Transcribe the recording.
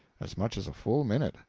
as much as a full minute,